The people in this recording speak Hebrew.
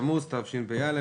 התשפ"א.